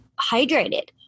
hydrated